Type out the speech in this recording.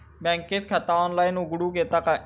बँकेत खाता ऑनलाइन उघडूक येता काय?